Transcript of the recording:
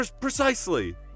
precisely